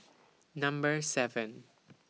Number seven